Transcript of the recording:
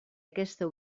aquesta